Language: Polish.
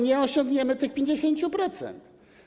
Nie osiągniemy tych 50%.